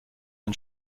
ein